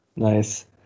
nice